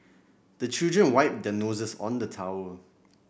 the children wipe their noses on the towel